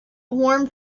warm